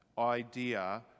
idea